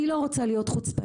אני לא רוצה להיות חוצפנית,